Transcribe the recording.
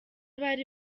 bari